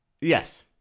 Yes